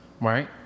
right